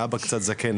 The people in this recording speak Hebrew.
אבא קצת זקן,